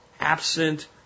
absent